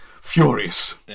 furious